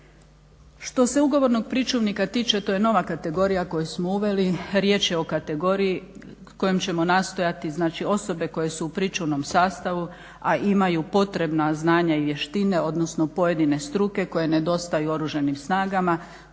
Što se ugovornog pričuvnika tiče to je nova kategorija koju smo uveli. Riječ je o kategoriji kojom ćemo nastojati znači osobe koje su u pričuvnom sastavu, a imaju potrebna znanja i vještine odnosno pojedine struke koje nedostaju Oružanim snagama